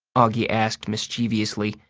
auggie asked mischievously,